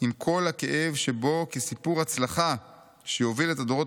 עם כל הכאב שבו כסיפור הצלחה שיוביל את הדורות